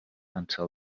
until